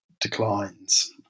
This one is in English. declines